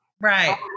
Right